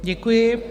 Děkuji.